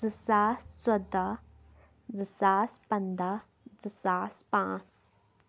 زٕ ساس ژۄداہ زٕ ساس پَنٛداہ زٕ ساس پانٛژھ